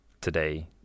today